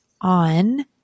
on